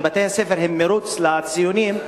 שבתי-הספר הם מירוץ לציונים,